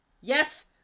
Yes